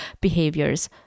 behaviors